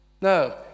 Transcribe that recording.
No